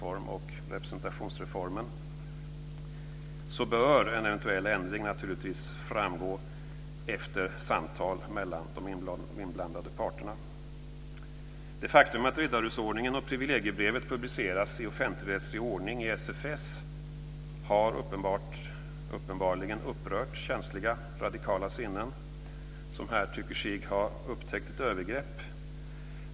Om detta kan man tala mycket om man vill det, men det har att göra med både Det faktum att riddarhusordningen och privilegiebrevet publiceras i offentligrättslig ordning i SFS har uppenbarligen upprört känsliga radikala sinnen, som här tycker sig ha upptäckt ett övergrepp.